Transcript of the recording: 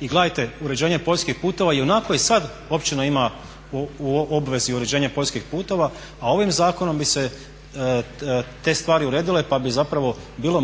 I gledajte, uređenje poljskih puteva ionako i sad općina ima u obvezi uređenja poljskih putova a ovim zakonom bi se te stvari uredile, pa bi zapravo bilo